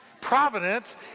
Providence